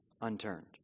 unturned